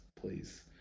please